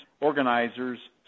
organizers